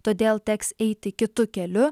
todėl teks eiti kitu keliu